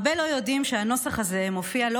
הרבה לא יודעים שהנוסח הזה מופיע לא